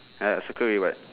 ya circle already [what]